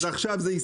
עכשיו זה הסתדר.